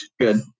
good